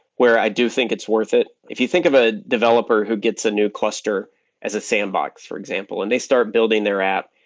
where i do think it's worth it. if you think of a developer who gets a new cluster as a sandbox, for example and they start building their app,